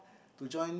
to join